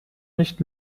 nicht